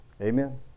Amen